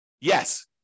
Yes